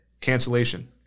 cancellation